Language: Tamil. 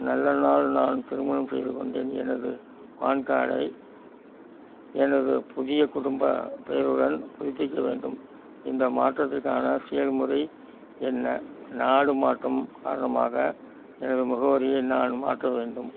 நல்ல நாள் நான் திருமணம் செய்து கொண்டேன் எனது பான் கார்டை எனது புதிய குடும்ப பெயருடன் புதுப்பிக்க வேண்டும் இந்த மாற்றத்திற்கான செயல்முறை என்ன நாடு மாற்றம் காரணமாக எனது முகவரியை நான் மாற்ற வேண்டும்